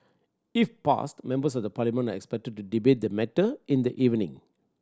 if passed Members of the Parliament are expected to debate the matter in the evening